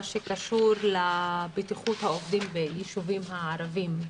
שקשור לבטיחות העובדים ביישובים הערביים.